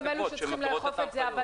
הם צריכים לאכוף את זה אבל